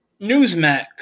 Newsmax